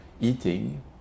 eating